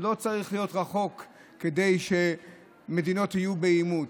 לא צריך להיות רחוק כדי שמדינות יהיו בעימות.